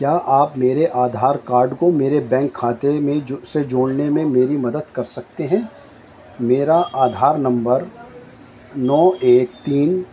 کیا آپ میرے آدھار کارڈ کو میرے بینک کھاتے میں جو سے جوڑنے میں میری مدد کر سکتے ہیں میرا آدھار نمبر نو ایک تین